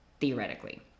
theoretically